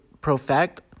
perfect